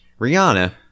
Rihanna